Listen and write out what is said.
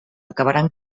acabaran